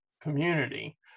community